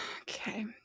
Okay